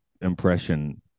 impression